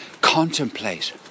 contemplate